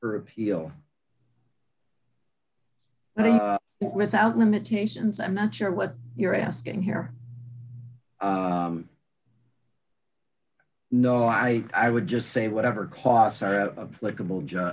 appeal without limitations i'm not sure what you're asking here no i i would just say whatever costs are a likable job